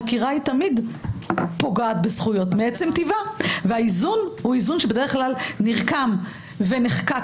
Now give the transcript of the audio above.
חקירה תמיד פוגעת בזכויות מעצם טיבה והאיזון בדרך כלל נרקם ונחקק